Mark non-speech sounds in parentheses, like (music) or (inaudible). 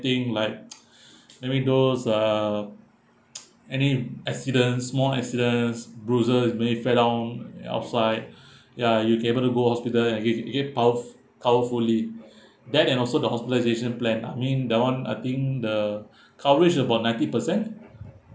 like (noise) maybe those uh (noise) any accidents small accidents bruisers maybe fall down at outside (breath) ya you'll be able to go hospital and give give out cover fully (breath) that and also the hospitalisation plan I mean the one I think the (breath) coverage is about ninety percent